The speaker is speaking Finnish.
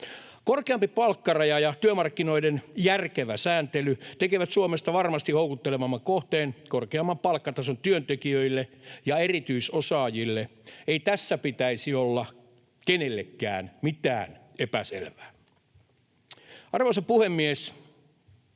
Korkeampi palkkaraja ja työmarkkinoiden järkevä sääntely tekevät Suomesta varmasti houkuttelevamman kohteen korkeamman palkkatason työntekijöille ja erityisosaajille — ei tässä pitäisi olla kenellekään mitään epäselvää. Arvoisa puhemies!